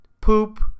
poop